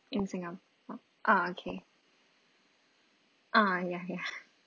in singapore ah okay ah ya ya